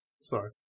Sorry